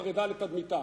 חרדה לתדמיתה,